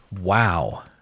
Wow